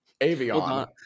Avion